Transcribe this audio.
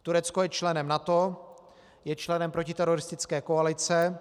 Turecko je členem NATO, je členem protiteroristické koalice.